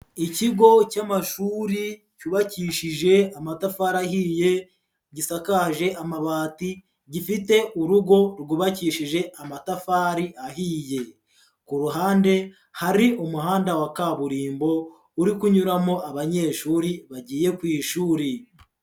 Ikigo cy'amashuri cyubakishije amatafari ahiye gisakaje amabati, gifite urugo rwubakishije amatafari ahiye, ku ruhande hari umuhanda wa kaburimbo uri kunyuramo abanyeshuri bagiye ku ishuri.